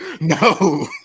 no